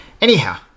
Anyhow